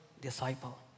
disciple